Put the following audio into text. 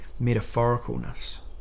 metaphoricalness